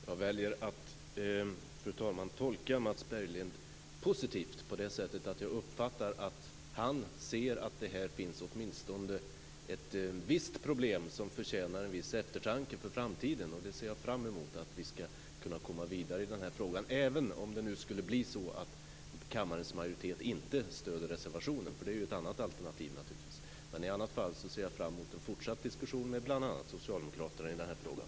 Fru talman! Jag väljer att tolka Mats Berglind positivt. Jag uppfattar att han ser att här finns åtminstone ett problem som förtjänar en viss eftertanke inför framtiden. Jag ser fram emot att vi skall kunna komma vidare i den här frågan, även om kammarens majoritet inte stöder reservationen. Det är ju naturligtvis ett annat alternativ. I annat fall ser jag fram emot en fortsatt diskussion med bl.a. socialdemokraterna i den här frågan.